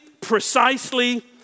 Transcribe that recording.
precisely